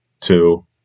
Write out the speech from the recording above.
two